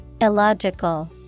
illogical